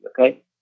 Okay